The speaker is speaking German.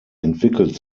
entwickelt